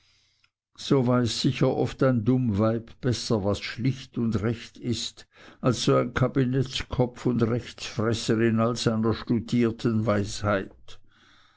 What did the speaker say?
so weiß sicher oft ein dumm weib besser was schlicht und recht ist als so ein kabinettskopf und rechtsfresser in all seiner gestudierten weisheit